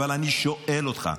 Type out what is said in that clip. אבל אני שואל אותך: